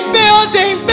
building